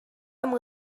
amb